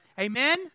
Amen